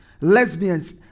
lesbians